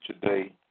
today